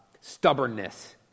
stubbornness